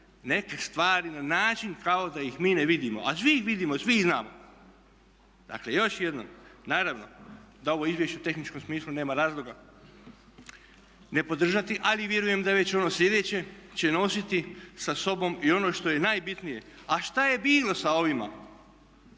neke stvari na način kao da ih mi ne vidimo. A svi ih vidimo, svi ih znamo. Dakle još jednom, naravno da ovo izvješće u tehničkom smislu nema razloga ne podržati ali vjerujem da već ono sljedeće će nositi sa sobom i ono što je najbitnije. A što je bilo sa ovima,